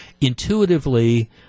intuitively